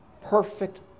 perfect